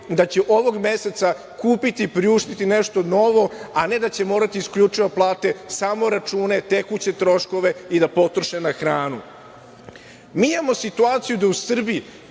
da će ovog meseca kupiti, priuštiti nešto novo, a ne da će morati isključivo da plate samo račune, tekuće troškove i da potroše na hranu. Mi imamo situaciju da u Srbiji